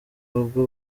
rugo